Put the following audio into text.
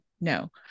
No